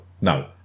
no